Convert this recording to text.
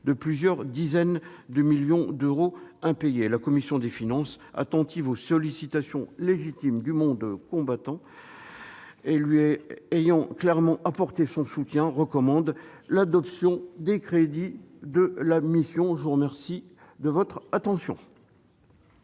de plusieurs dizaines de millions d'euros encore impayée. La commission des finances, attentive aux sollicitations légitimes du monde combattant, et lui ayant clairement apporté tout son soutien, recommande l'adoption des crédits de la mission. La parole est à M.